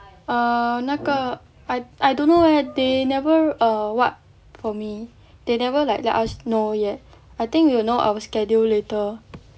err 那个 I I don't know leh they never err what for me they never like let us know yet I think we will know our schedule later